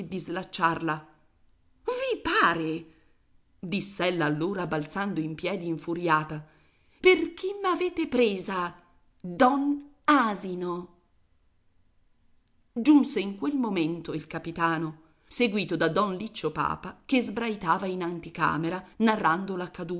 anche di slacciarla i pare diss'ella allora balzando in piedi infuriata per chi m'avete presa don asino giunse in quel momento il capitano seguito da don liccio papa che sbraitava in anticamera narrando